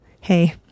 Hey